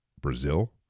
Brazil